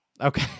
okay